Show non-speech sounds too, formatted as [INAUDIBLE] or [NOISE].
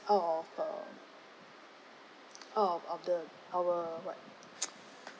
out of err out of the our what [NOISE]